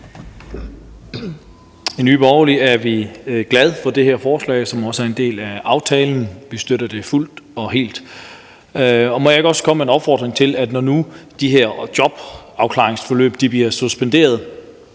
I Nye Borgerlige er vi glade for det her forslag, som også er en del af aftalen. Vi støtter det fuldt og helt. Må jeg ikke også komme med en opfordring til, når nu de her jobafklaringsforløb bliver suspenderet